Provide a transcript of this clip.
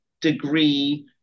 degree